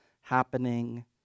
happening